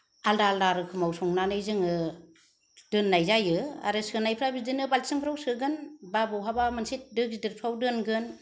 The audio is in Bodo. आलदा आलदा रोखोमाव संनानै जोङो दोननाय जायो आरो सोनायफ्रा बिदिनो बाल्थिंफ्राव सोगोन बा बहाबा मोनसे दो गिदिरफ्राव दोनगोन